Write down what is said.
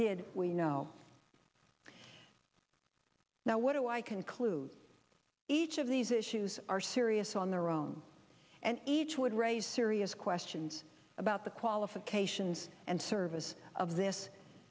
did we know now what do i conclude each of these issues are serious on their own and each would raise serious questions about the qualifications and service of this